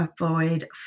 avoid